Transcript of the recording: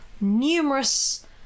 numerous